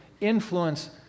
influence